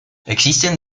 existen